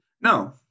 No